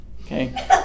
Okay